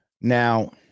Now